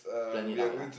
plan it out lah